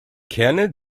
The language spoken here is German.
kerne